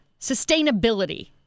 Sustainability